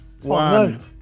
One